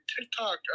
TikTok